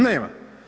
Nema.